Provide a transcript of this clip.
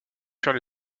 furent